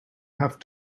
have